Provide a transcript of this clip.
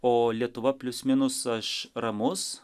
o lietuva plius minus aš ramus